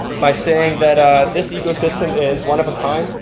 by saying that this ecosystem is one of a kind,